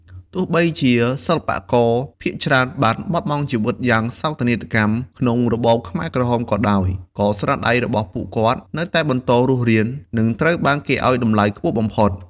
ទោះបីជាសិល្បករភាគច្រើនបានបាត់បង់ជីវិតយ៉ាងសោកនាដកម្មក្នុងរបបខ្មែរក្រហមក៏ដោយ ក៏ស្នាដៃរបស់ពួកគាត់នៅតែបន្តរស់រាន និងត្រូវបានគេឱ្យតម្លៃខ្ពស់បំផុត។